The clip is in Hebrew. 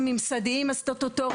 חבר הכנסת עטאונה, המשפט הבא